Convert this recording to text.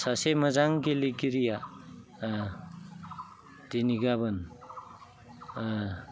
सासे मोजां गेलेगिरिया दिनै गाबोन